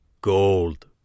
Gold